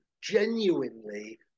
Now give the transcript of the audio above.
genuinely